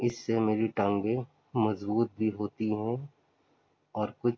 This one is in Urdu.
اس سے میری ٹانگیں مضبوط بھی ہوتی ہیں اور کچھ